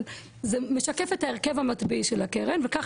אבל זה משקף את ההרכב המטבעי של הקרן וכך